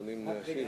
משם.